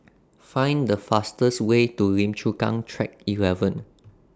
Find The fastest Way to Lim Chu Kang Track eleven